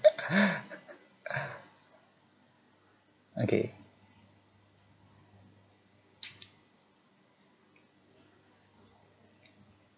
okay